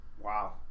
Wow